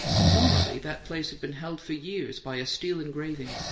formerly that place had been held for years by a steel-engraving,